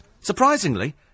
Surprisingly